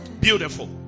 Beautiful